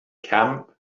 camp